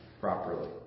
properly